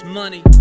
money